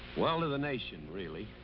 well, to the nation, really,